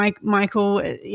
Michael